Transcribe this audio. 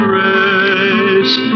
race